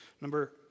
Number